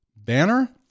banner